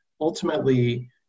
ultimately